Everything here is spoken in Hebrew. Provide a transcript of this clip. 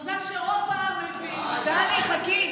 מזל שרוב העם הבין, טלי, חכי.